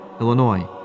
Illinois